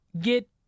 get